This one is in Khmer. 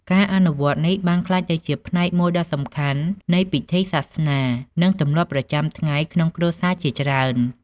ការអនុវត្តនេះបានក្លាយទៅជាផ្នែកមួយដ៏សំខាន់នៃពិធីសាសនា និងទម្លាប់ប្រចាំថ្ងៃក្នុងគ្រួសារជាច្រើន